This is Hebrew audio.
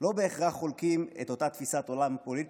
לא בהכרח חולקים את אותה תפיסת עולם פוליטית,